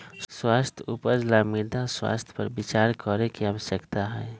स्वस्थ उपज ला मृदा स्वास्थ्य पर विचार करे के आवश्यकता हई